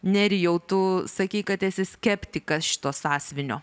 nerijau tu sakei kad esi skeptikas šito sąsiuvinio